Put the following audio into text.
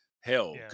Hell